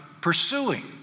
pursuing